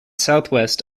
southwest